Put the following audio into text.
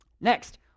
Next